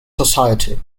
society